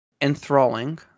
enthralling